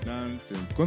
Nonsense